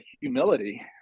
humility